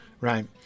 Right